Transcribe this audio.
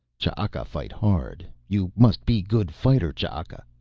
ch'aka fight hard. you must be good fighter ch'aka.